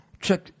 Check